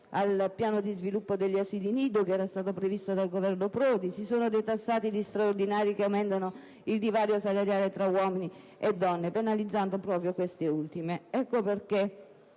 al piano di sviluppo degli asili nido previsto dal Governo Prodi, si sono detassati gli straordinari che aumentano il divario salariale tra uomini e donne, penalizzando proprio queste ultime. Ecco perché